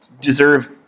deserve